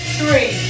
three